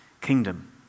kingdom